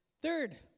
Third